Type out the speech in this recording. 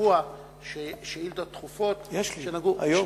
השבוע שאילתות דחופות שנגעו, יש לי היום.